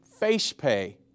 FacePay